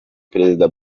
perezida